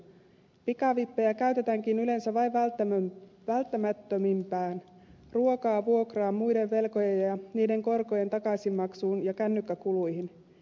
pikavippejä käytetäänkin yleensä vain välttämättömimpään ruokaan vuokraan muiden velkojen ja niiden korkojen takaisinmaksuun ja kännykkäkuluihin